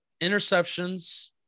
interceptions